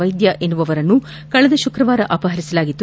ವೈದ್ಯ ಎನ್ನುವವರನ್ನು ಕಳೆದ ಶುಕ್ರವಾರ ಅಪಹರಿಸಲಾಗಿತ್ತು